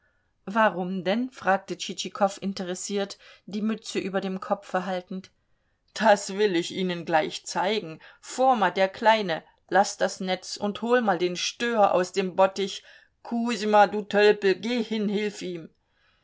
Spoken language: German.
warum denn fragte tschitschikow interessiert die mütze über dem kopfe haltend das will ich ihnen gleich zeigen foma der kleine laß das netz und hol mal den stör aus dem bottich kusjma du tölpel geh hin hilf ihm